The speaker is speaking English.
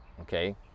Okay